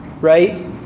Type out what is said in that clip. Right